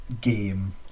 game